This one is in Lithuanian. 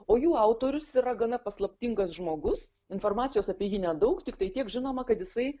o jų autorius yra gana paslaptingas žmogus informacijos apie jį nedaug tiktai tiek žinoma kad jisai